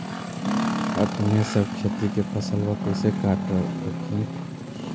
अपने सब खेती के फसलबा कैसे काट हखिन?